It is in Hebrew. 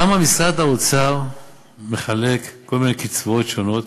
כמה משרד האוצר מחלק כל מיני קצבאות שונות